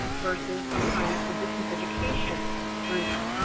versus sometimes the distance education groups.